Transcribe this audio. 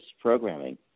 programming